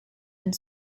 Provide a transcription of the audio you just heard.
and